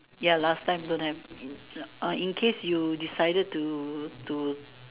ya last time don't have in uh in case you decided to to